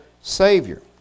Savior